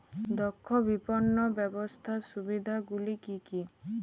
দক্ষ বিপণন ব্যবস্থার সুবিধাগুলি কি কি?